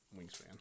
wingspan